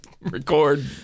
record